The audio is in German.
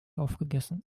aufgegessen